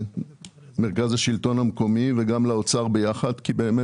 מרכז השלטון המקומי וגם לאוצר ביחד כי באמת